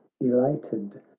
elated